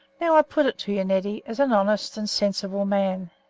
now i put it to you, neddy, as an honest and sensible man,